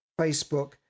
Facebook